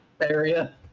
area